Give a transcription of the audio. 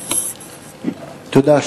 תודה.